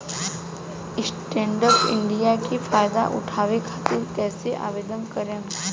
Stand up India के फाइदा उठाओ खातिर कईसे आवेदन करेम?